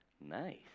Nice